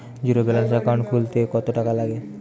Zero balance account খুলতে কত টাকা লাগে?